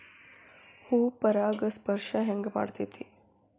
ಹೂ ಪರಾಗಸ್ಪರ್ಶ ಹೆಂಗ್ ಮಾಡ್ತೆತಿ?